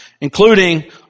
including